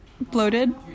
bloated